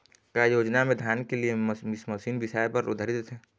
का योजना मे धान के लिए मशीन बिसाए बर उधारी देथे?